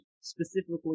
specifically